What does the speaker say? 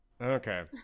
Okay